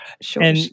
sure